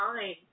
time